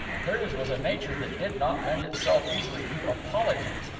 hers was a nature that did not lend itself easily to apologies,